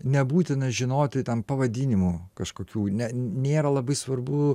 nebūtina žinoti ten pavadinimų kažkokių ne nėra labai svarbu